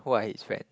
who are his friend